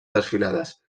desfilades